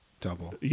double